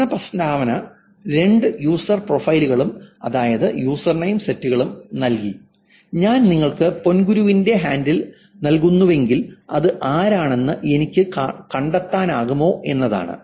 പ്രശ്ന പ്രസ്താവന രണ്ട് യൂസർ പ്രൊഫൈലുകളും അതാത് യൂസർനെയിം സെറ്റുകളും നൽകി ഞാൻ നിങ്ങൾക്ക് പൊൻങ്കുരുവിന്റെ ഹാൻഡിൽ നൽകുന്നുവെങ്കിൽ അത് ആരാണെന്ന് എനിക്ക് കണ്ടെത്താനാകുമോ എന്നതാണ്